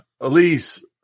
Elise